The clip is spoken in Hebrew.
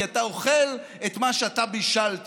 כי אתה אוכל את מה שאתה בישלת.